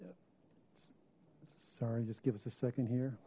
yep sorry just give us a second here